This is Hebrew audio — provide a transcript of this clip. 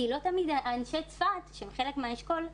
כי לא אנשי צפת שהם חלק מהאשכול,